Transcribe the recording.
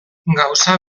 gauza